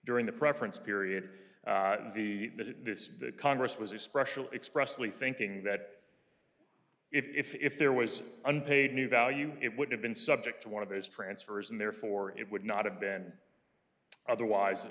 during the preference period that this congress was a special expressly thinking that if there was unpaid new value it would have been subject to one of those transfers and therefore it would not have been otherwise